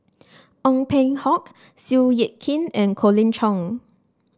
Ong Peng Hock Seow Yit Kin and Colin Cheong